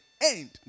end